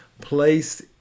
placed